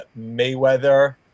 Mayweather